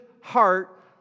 heart